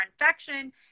infection